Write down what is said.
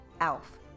Alf